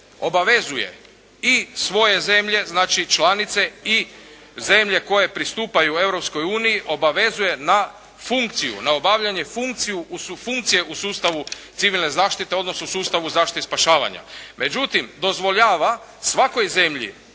obavezuje i svoje zemlje, znači članice i zemlje koje pristupaju Europskoj uniji obavezuje na funkciju, na obavljanje funkcije u sustavu civilne zaštite odnosno sustavu zaštite i spašavanja. Međutim, dozvoljava svakoj zemlji